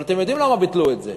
אבל אתם יודעים למה ביטלו את זה.